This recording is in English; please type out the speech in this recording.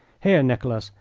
here, nicholas,